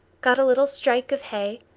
got a little strike of hay,